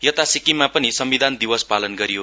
यता सिक्किममा पनि संविधान दिवस पालन गरियो